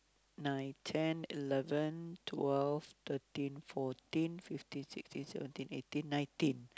nine ten eleven twelve thirteen fourteen fifteen sixteen seventeen eighteen nineteen